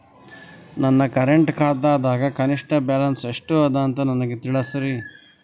ನನ್ನ ಕರೆಂಟ್ ಖಾತಾದಾಗ ಕನಿಷ್ಠ ಬ್ಯಾಲೆನ್ಸ್ ಎಷ್ಟು ಅದ ಅಂತ ನನಗ ತಿಳಸ್ರಿ